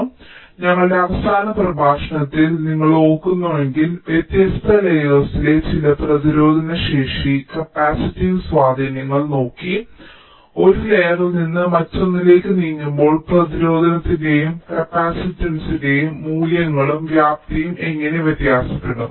അതിനാൽ ഞങ്ങളുടെ അവസാന പ്രഭാഷണത്തിൽ നിങ്ങൾ ഓർക്കുന്നുവെങ്കിൽ വ്യത്യസ്ത ലേയേർസിലെ ചില പ്രതിരോധശേഷി കപ്പാസിറ്റീവ് സ്വാധീനങ്ങൾ ഞങ്ങൾ നോക്കി ഒരു ലെയറിൽ നിന്ന് മറ്റൊന്നിലേക്ക് നീങ്ങുമ്പോൾ പ്രതിരോധത്തിന്റെയും കപ്പാസിറ്റൻസിന്റെയും മൂല്യങ്ങളും വ്യാപ്തിയും എങ്ങനെ വ്യത്യാസപ്പെടാം